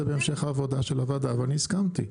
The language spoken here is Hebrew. בהמשך העבודה של הוועדה ואני הסכמתי,